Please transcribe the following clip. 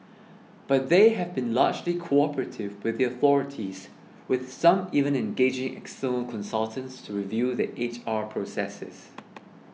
but they have been largely cooperative with the authorities with some even engaging external consultants to review their H R processes